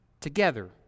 together